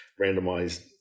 randomized